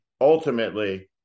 ultimately